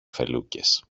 φελούκες